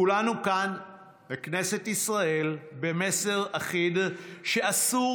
כולנו כאן בכנסת ישראל במסר אחיד שאסור